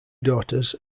daughters